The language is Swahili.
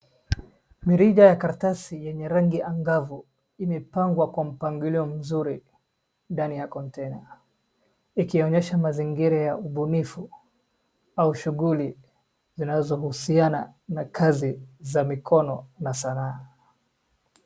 Mirija ya karatasi yenye rangi angavu imepangwa kwa mpangilio mzuri ndani ya konteina. Ikionyesha mazingira ya ubunifu au shughuli zinazohusiana na kazi za mikono na sanaa.